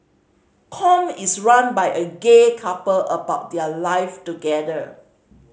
Com is run by a gay couple about their live together